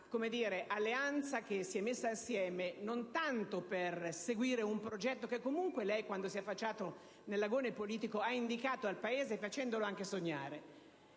imputarlo all'alleanza messa assieme non tanto per seguire un progetto che lei, quando si è affacciato nell'agone politico, ha indicato al Paese facendolo anche sognare